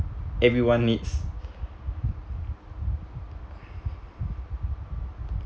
everyone needs